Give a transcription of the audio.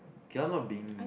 okay I'm not being